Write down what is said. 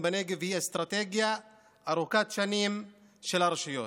בנגב היא אסטרטגיה ארוכת שנים של הרשויות.